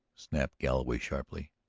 snapped galloway sharply.